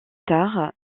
tard